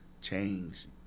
change